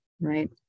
right